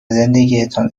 زندگیتان